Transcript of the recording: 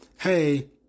hey